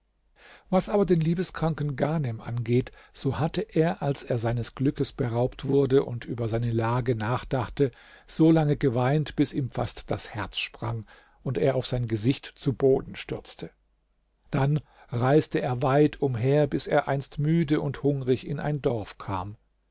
was aber den liebeskranken ghanem angeht so hatte er als er seines glücks beraubt wurde und über seine lage nachdachte solange geweint bis ihm fast das herz sprang und er auf sein gesicht zu boden stürzte dann reiste er weit umher bis er einst müde und hungrig in ein dorf kam